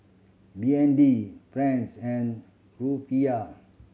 B N D Franc and Rufiyaa